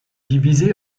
divisé